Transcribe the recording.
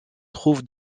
trouve